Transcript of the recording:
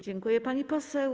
Dziękuję, pani poseł.